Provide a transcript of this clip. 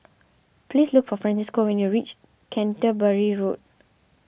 please look for Francisco when you reach Canterbury Road